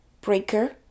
Breaker